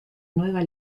nueva